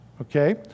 Okay